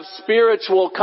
spiritual